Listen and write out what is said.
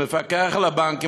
המפקח על הבנקים,